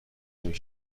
نمی